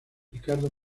ricardo